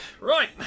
Right